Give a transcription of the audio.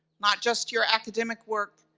not just your academic work,